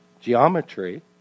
geometry